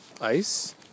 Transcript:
ice